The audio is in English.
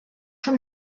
from